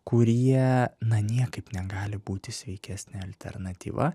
kurie na niekaip negali būti sveikesnė alternatyva